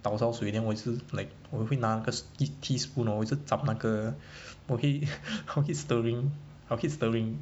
倒烧水 then 我也是 like 我会拿那个 tea~ teaspoon 我也是 zhap 那个我会 I will keep stirring I will keep stirring